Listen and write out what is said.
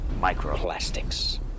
Microplastics